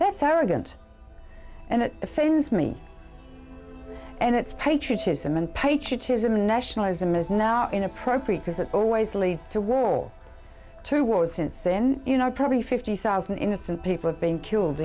that's arrogant and it offends me and it's patriotism and patriotism nationalism is now inappropriate because it always leads to war two wars since then you know probably fifty thousand innocent people being killed